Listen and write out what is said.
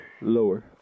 lower